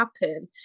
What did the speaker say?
happen